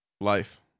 Life